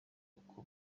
uku